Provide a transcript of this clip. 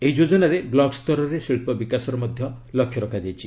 ଏହି ଯୋଜନାରେ ବ୍ଲକ ସ୍ତରରେ ଶିଳ୍ପ ବିକାଶର ଲକ୍ଷ୍ୟ ରଖାଯାଇଛି